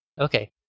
Okay